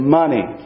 money